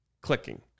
clicking